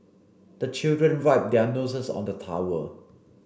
the children wipe their noses on the towel